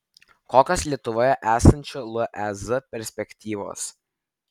kokios lietuvoje esančių lez perspektyvos